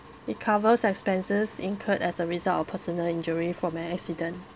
it covers expenses incurred as a result of personal injury from an accident